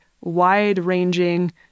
wide-ranging